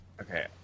okay